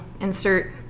insert